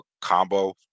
combo